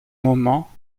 moment